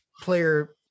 player